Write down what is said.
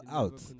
out